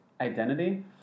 identity